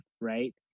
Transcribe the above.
right